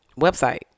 website